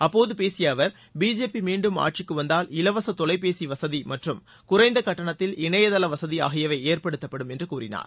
அப்போது பேசிய அவர் பிஜேபி மீண்டும் ஆட்சிக்கு வந்தால் இலவச தொலைபேசி வசதி மற்றும் குறைந்த கட்டணத்தில் இணையதள வசதி ஆகியவை ஏற்படுத்தப்படும் என்று கூறினார்